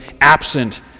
absent